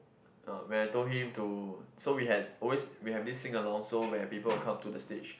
uh when I told him to so we had always we have this sing along so where people will come to the stage